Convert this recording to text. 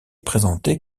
présentée